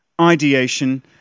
ideation